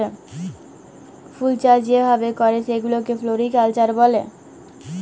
ফুলচাষ যে ভাবে ক্যরে সেগুলাকে ফ্লরিকালচার ব্যলে